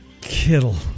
Kittle